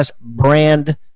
brand